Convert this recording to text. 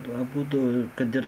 abudu kad ir